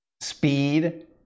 Speed